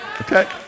Okay